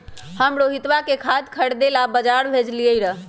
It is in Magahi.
हम रोहितवा के खाद खरीदे ला बजार भेजलीअई र